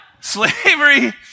Slavery